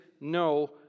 no